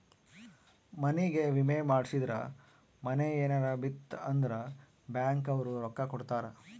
ಮನಿಗೇ ವಿಮೆ ಮಾಡ್ಸಿದ್ರ ಮನೇ ಯೆನರ ಬಿತ್ ಅಂದ್ರ ಬ್ಯಾಂಕ್ ಅವ್ರು ರೊಕ್ಕ ಕೋಡತರಾ